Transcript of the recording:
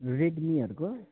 रेडमीहरूको